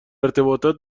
ارتباطات